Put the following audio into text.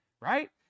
right